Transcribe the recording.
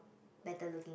better looking